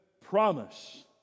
promise